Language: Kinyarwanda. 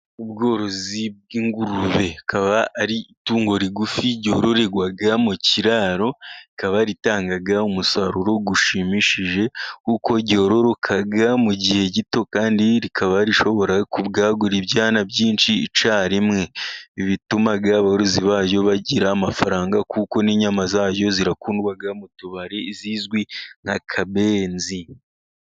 Ubworozi bw'ingurube, ikaba ari itungo rigufi ryororerwa mu kiraro, rikaba ritanga umusaruro ushimishije kuko ryororoka mu gihe gito kandi rikaba rishobora kubwagura ibyana byinshi icyarimwe. Bituma abarozi baryo bagira amafaranga kuko n'inyama zaryo zirakundwa mu tubari, zizwi nk'akabenzi.